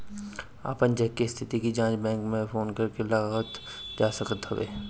अपन चेक के स्थिति के जाँच बैंक में फोन करके लगावल जा सकत हवे